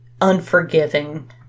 unforgiving